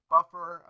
Buffer